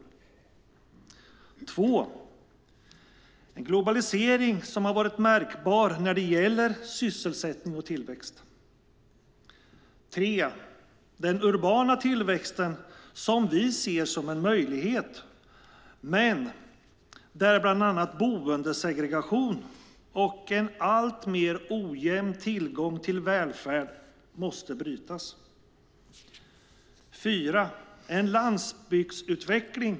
För det andra handlar det om en globalisering som har varit märkbar när det gäller sysselsättning och tillväxt. För det tredje handlar det om den urbana tillväxten, som vi ser som en möjlighet men där bland annat boendesegregation och en alltmer ojämn tillgång till välfärd måste brytas. För det fjärde handlar det om en landsbygdsutveckling.